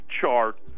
chart